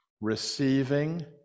receiving